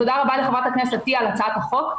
תודה רבה לחברת הכנסת עטייה על הצעת החוק.